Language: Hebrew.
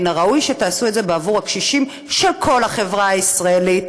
ומן הראוי שתעשו את זה בעבור הקשישים של כל החברה הישראלית.